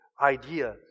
idea